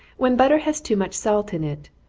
when butter has too much salt in it,